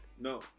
No